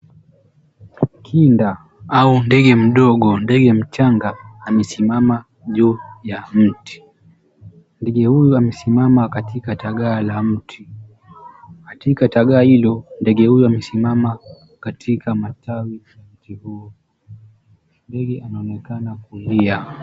Kinda au ndege mdogo, ndege mchanga amesimama juu ya mti . Ndege huyu amesimama katika tagaa la mti. Katika tagaa hilo ndege huyo amesimama katikati matawi ya mti huo, ndege anaonekana kulia.